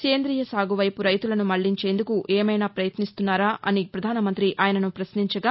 సేందియసాగు వైపు రైతులను మళ్లించేందుకు ఏమైనా ప్రయత్నిస్తున్నారా అని ప్రధానమంత్రి ఆయనను ప్రశ్నించగా